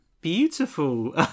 beautiful